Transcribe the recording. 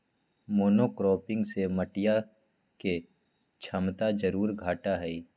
monocropping से मटिया के क्षमता जरूर घटा हई